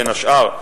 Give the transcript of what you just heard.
בין השאר,